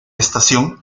estación